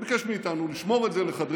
הוא ביקש מאיתנו לשמור את זה לחדרי-חדרים,